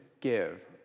give